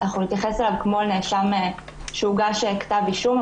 נתייחס אליו כמו אל נאשם שהוגש נגדו כתב אישום.